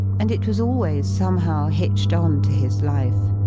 and it was always somehow hitched on to his life.